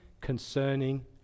concerning